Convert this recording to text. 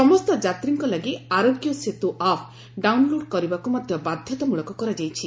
ସମସ୍ତ ଯାତ୍ରୀଙ୍କ ଲାଗି ଆରୋଗ୍ୟ ସେତ୍ ଆପ୍ ଡାଉନ୍ଲୋଡ୍ କରିବାକୁ ମଧ୍ୟ ବାଧ୍ୟତାମୂଳକ କରାଯାଇଛି